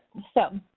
so